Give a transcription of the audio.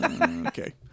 Okay